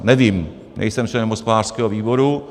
Nevím, nejsem členem hospodářského výboru.